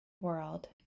world